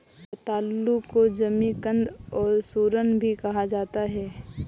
रतालू को जमीकंद और सूरन भी कहा जाता है